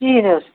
کِہیٖنٛۍ حظ